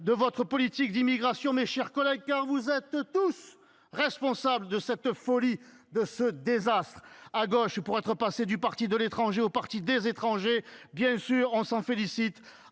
de votre politique d’immigration, mes chers collègues, car vous êtes tous responsables de ce désastre, de cette folie ! À gauche, pour être passé du parti de l’étranger au parti des étrangers et, bien sûr, on s’en félicite